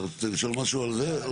אתה רוצה לשאול משהו על זה?